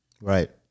Right